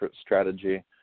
strategy